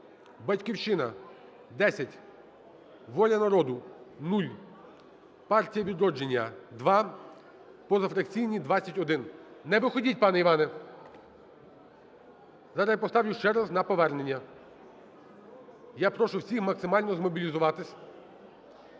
"Батьківщина" – 10, "Воля народу" – 0, "Партія "Відродження" – 2, позафракційні – 21. Не виходьте, пане Іване. Зараз я поставлю ще раз на повернення. Я прошу всіх максимально змобілізуватися.